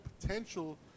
potential